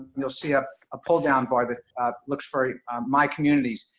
you'll see a ah pulldown bar that looks for my communities,